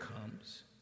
comes